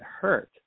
hurt